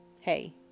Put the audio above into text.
hey